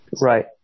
Right